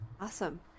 Awesome